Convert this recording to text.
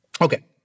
Okay